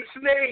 snake